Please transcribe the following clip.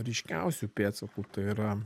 ryškiausių pėdsakų tai yra